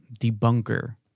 debunker